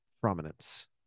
prominence